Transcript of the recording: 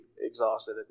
exhausted